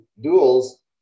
duels